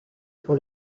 pour